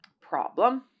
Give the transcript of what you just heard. Problem